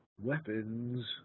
weapons